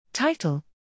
Title